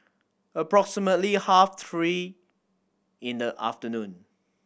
approximately half three in the afternoon